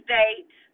date